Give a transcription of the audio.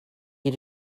you